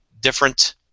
different